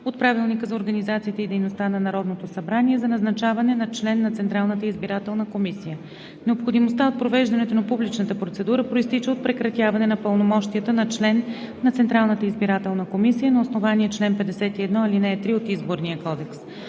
от Правилника за организацията и дейността на Народното събрание за назначаване на член на Централната избирателна комисия. Необходимостта от провеждането на публичната процедура произтича от прекратяване на пълномощията на член на Централната избирателна комисия на основание чл. 51, ал. 3 от Изборния кодекс.